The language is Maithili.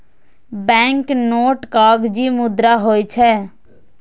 बैंकनोट कागजी मुद्रा होइ छै